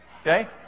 Okay